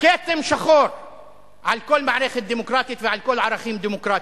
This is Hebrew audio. כתם שחור על כל מערכת דמוקרטית ועל כל ערכים דמוקרטיים.